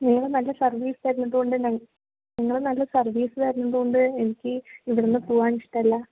നിങ്ങൾ നല്ല സർവീസ് തരുന്നതുകൊണ്ട് നിങ്ങൾ നല്ല സർവീസ് തരുന്നതുകൊണ്ടു എനിക്കിവിടുന്നു പോകുവാനിഷ്ടമല്ല